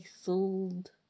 sold